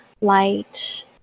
light